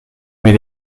met